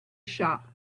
shop